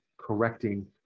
correcting